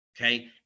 okay